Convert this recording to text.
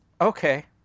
okay